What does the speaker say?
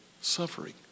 suffering